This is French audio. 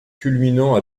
culminant